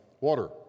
water—